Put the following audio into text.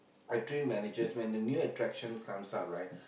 I train managers when the new attractions comes out right